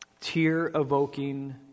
tear-evoking